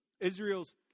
Israel's